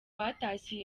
batashye